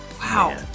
Wow